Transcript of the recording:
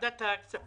העיר